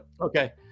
Okay